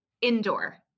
Indoor